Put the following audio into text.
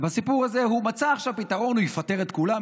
ובסיפור הזה הוא מצא עכשיו פתרון: הוא יפטר את כולם,